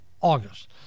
August